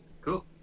Cool